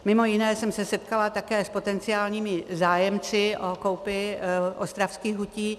Mimo jiné jsem se setkala také s potenciálními zájemci o koupi ostravských hutí.